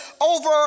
over